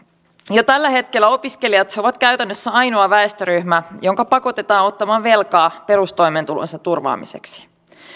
jo tällä hetkellä opiskelijat ovat käytännössä ainoa väestöryhmä joka pakotetaan ottamaan velkaa perustoimeentulonsa turvaamiseksi